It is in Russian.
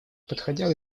подходя